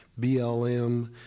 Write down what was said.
BLM